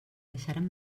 deixaren